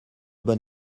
bon